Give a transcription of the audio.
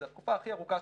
זו התקופה הכי ארוכה,